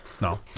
no